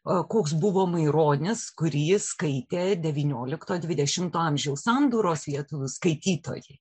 koks buvo maironis kurį skaitė devyniolikto dvidešimto amžiaus sandūros lietuvių skaitytojai